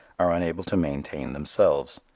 are unable to maintain themselves.